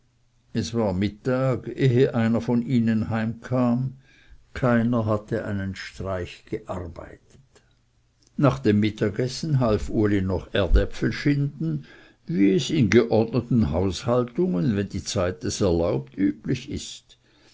es war mittag ehe einer von ihnen heimkam keiner hatte einen streich gearbeitet nach dem mittagessen half uli noch erdäpfel schinden wie es in geordneten haushaltungen wenn die zeit es erlaubt üblich ist